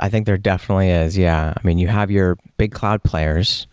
i think there definitely is. yeah. i mean, you have your big cloud players